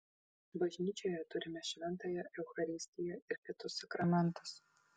bažnyčioje turime šventąją eucharistiją ir kitus sakramentus